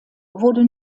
wurde